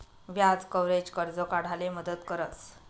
व्याज कव्हरेज, कर्ज काढाले मदत करस